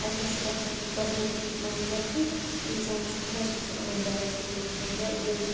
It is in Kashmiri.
اَتہِ نَس چھُ باسَن یہِ قۄدرٔتی منظر ہیوٗ اِنسانَس چھُ خۄش گژھان یِمَن جایَن فوٹوٗ تُلٕنۍ یا یِم